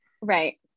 Right